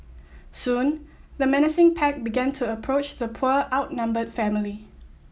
soon the menacing pack began to approach the poor outnumbered family